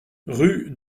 rue